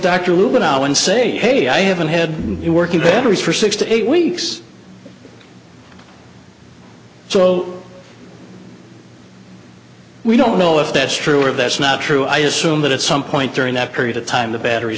out and say hey i haven't had you working veterans for six to eight weeks so we don't know if that's true or that's not true i assume that at some point during that period of time the battery